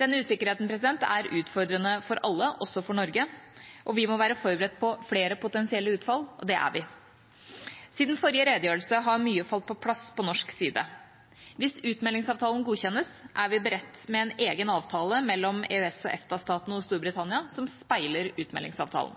Denne usikkerheten er utfordrende for alle, også for Norge. Vi må være forberedt på flere potensielle utfall, og det er vi. Siden forrige redegjørelse har mye falt på plass på norsk side. Hvis utmeldingsavtalen godkjennes, er vi beredt med en egen avtale mellom EØS/EFTA-statene og Storbritannia som speiler utmeldingsavtalen.